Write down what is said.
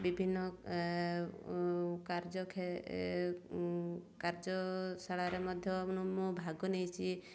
ବିଭିନ୍ନ କାର୍ଯ୍ୟ କାର୍ଯ୍ୟଶାଳାରେ ମଧ୍ୟ ମୁଁ ଭାଗ ନେଇଛି